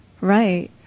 right